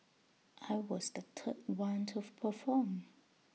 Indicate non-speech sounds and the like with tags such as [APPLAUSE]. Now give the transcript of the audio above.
I was the third one to [UNINTELLIGIBLE] perform